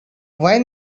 why